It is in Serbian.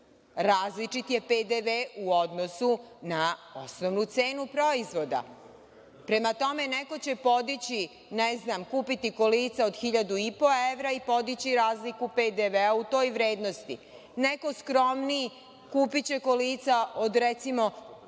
Različit je PDV u odnosu na osnovnu cenu proizvoda. Prema tome, neko će podići, ne znam, kupiti kolica od 1.500 evra i podići razliku PDV u toj vrednosti. Neko skromniji kupiće kolica od, recimo,